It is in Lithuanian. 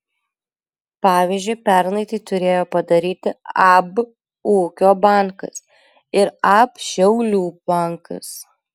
pavyzdžiui pernai tai turėjo padaryti ab ūkio bankas ir ab šiaulių bankas